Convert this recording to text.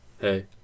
Hey